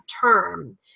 term